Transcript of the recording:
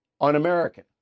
un-American